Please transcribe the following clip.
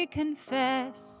confess